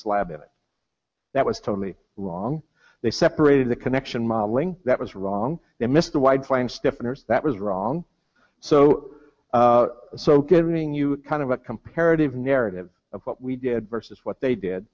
slab it that was totally wrong they separated the connection modeling that was wrong they missed the white flame stiffeners that was wrong so so giving you kind of a comparative narrative of what we did versus what they did